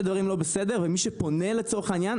דברים לא בסדר ומי שפונה לצורך העניין,